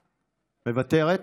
מוותרת?